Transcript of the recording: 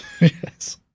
Yes